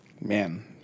man